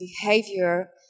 behavior